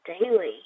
daily